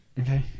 okay